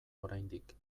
oraindik